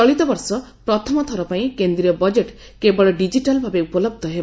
ଚଳିତବର୍ଷ ପ୍ରଥମ ଥର ପାଇଁ କେନ୍ଦ୍ରୀୟ ବଜେଟ୍ କେବଳ ଡିଜିଟାଲଭାବେ ଉପଲହ୍ଧ ହେବ